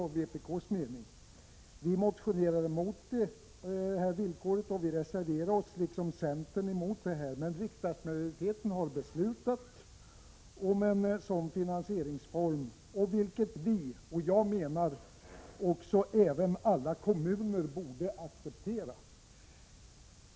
Detta har vi också motionerat om. Och vi, liksom centern, reserverade oss när beslutet fattades. Men riksdagsmajoriteten har som sagt beslutat om en sådan finansieringsform, vilket vi accepterar. Och det borde enligt min mening även alla kommuner göra.